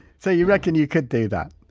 so you reckon you could do that?